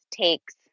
takes